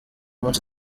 munsi